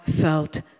felt